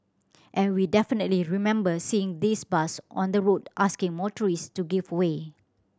and we definitely remember seeing this bus on the road asking motorists to give way